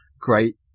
great